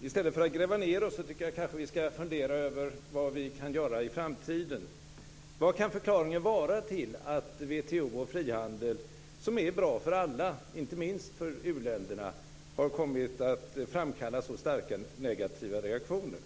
I stället för att gräva ned oss tycker jag kanske att vi ska fundera över vad vi kan göra i framtiden. Vad kan förklaringen vara till att WTO och frihandel - som är bra för alla, och inte minst för uländerna - har kommit att framkalla så starka negativa reaktioner?